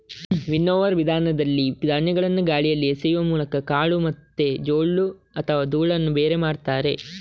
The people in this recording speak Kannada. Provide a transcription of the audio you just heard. ವಿನ್ನೋವರ್ ವಿಧಾನದಲ್ಲಿ ಧಾನ್ಯಗಳನ್ನ ಗಾಳಿಯಲ್ಲಿ ಎಸೆಯುವ ಮೂಲಕ ಕಾಳು ಮತ್ತೆ ಜೊಳ್ಳು ಅಥವಾ ಧೂಳನ್ನ ಬೇರೆ ಮಾಡ್ತಾರೆ